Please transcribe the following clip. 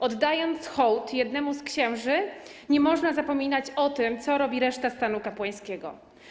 Oddając hołd jednemu z księży, nie można zapominać o tym, co robi reszta stanu kapłańskiego.